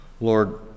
Lord